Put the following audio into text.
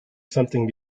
something